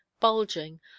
bulging